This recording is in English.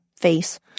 face